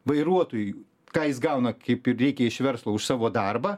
vairuotojui ką jis gauna kaip ir reikia iš verslo už savo darbą